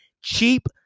Cheap